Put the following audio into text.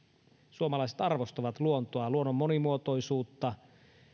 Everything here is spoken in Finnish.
suomalaiset arvostavat luontoa luonnon monimuotoisuutta